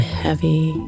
heavy